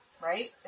right